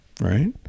Right